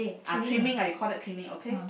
ah trimming ah you call that trimming okay